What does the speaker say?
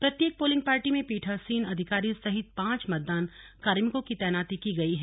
प्रत्येक polling party में पीठासीन अधिकारी सहित पांच मतदान कार्मिकों की तैनाती की गई है